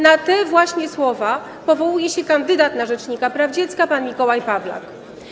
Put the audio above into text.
Na te właśnie słowa powołuje się kandydat na rzecznika praw dziecka pan Mikołaj Pawlak.